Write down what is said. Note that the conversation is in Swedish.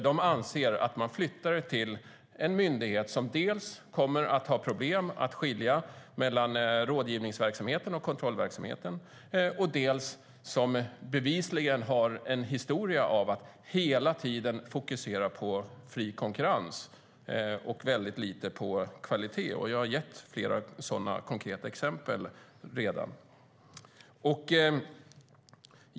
De anser att man flyttar det hela till en myndighet som dels kommer att ha problem att skilja mellan rådgivningsverksamheten och kontrollverksamheten, dels bevisligen har en historia av att hela tiden fokusera på fri konkurrens och väldigt lite på kvalitet. Jag har redan gett flera konkreta exempel.